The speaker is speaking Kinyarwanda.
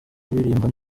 kuririmba